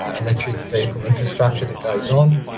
ah electric vehicle infrastructure that goes on,